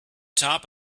top